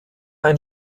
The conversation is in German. ein